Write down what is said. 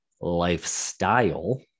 lifestyle